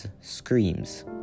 screams